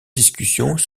discussions